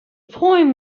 poem